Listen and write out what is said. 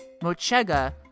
Mochega